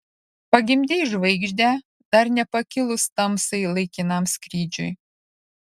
pagimdei žvaigždę dar nepakilus tamsai laikinam skrydžiui